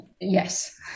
yes